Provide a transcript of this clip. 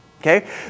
okay